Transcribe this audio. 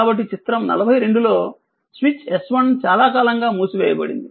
కాబట్టి చిత్రం 42 లో స్విచ్ S1 చాలా కాలంగా మూసివేయబడింది